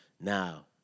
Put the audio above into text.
Now